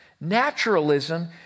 naturalism